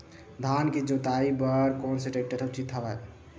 धान के जोताई बर कोन से टेक्टर ह उचित हवय?